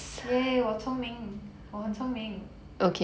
!yay! 我聪明我很聪明